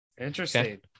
Interesting